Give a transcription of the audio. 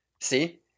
See